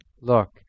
Look